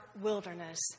wilderness